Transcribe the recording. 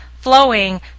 flowing